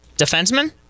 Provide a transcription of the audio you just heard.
Defenseman